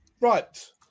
Right